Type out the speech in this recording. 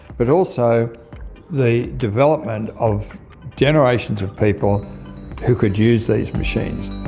but also the development of generations of people who could use these machines.